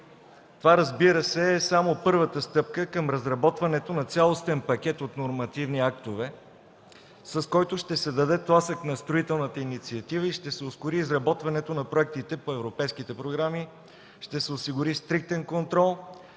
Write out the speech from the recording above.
Това е, разбира се, само първата стъпка към разработването на цялостен пакет от нормативни актове, с който ще се даде тласък на строителната инициатива и ще се ускори изработването на проектите по европейските програми, ще се осигури стриктен контрол,